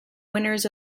winners